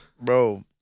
Bro